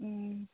ꯎꯝ